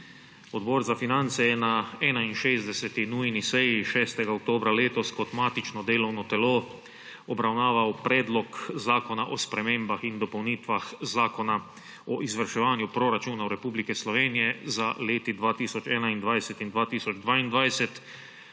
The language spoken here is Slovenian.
Odbor za finance je na 61. nujni seji 6. oktobra letos kot matično delovno telo obravnaval Predlog zakona o spremembah in dopolnitvah Zakona o izvrševanju proračunov Republike Slovenije za leti 2021 in 2022,